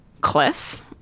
cliff